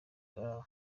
karara